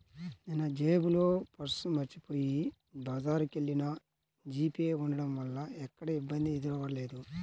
నిన్నజేబులో పర్సు మరచిపొయ్యి బజారుకెల్లినా జీపే ఉంటం వల్ల ఎక్కడా ఇబ్బంది ఎదురవ్వలేదు